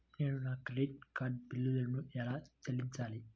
నేను నా credit card బిల్లును ఎలా చెల్లించాలీ?